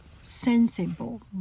sensible